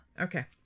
Okay